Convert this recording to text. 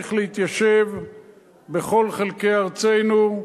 נמשיך להתיישב בכל חלקי ארצנו,